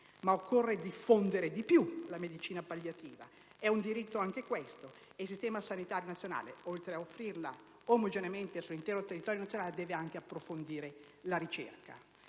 ma occorre diffondere di più la medicina palliativa. È un diritto anche questo e il Servizio sanitario nazionale, oltre ad offrirla omogeneamente sull'intero territorio nazionale, deve anche approfondire la ricerca.